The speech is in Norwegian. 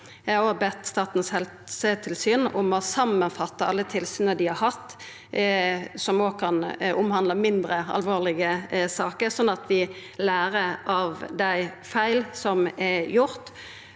Eg har òg bedt Statens helsetilsyn om å samanfatta alle tilsyna dei har hatt, som òg kan omhandla mindre alvorlege saker, slik at vi lærer av dei feila som er gjorde.